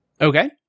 Okay